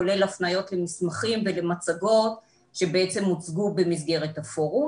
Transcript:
כולל הפניות למסמכים ולמצגות שהוצגו במסגרת הפורום.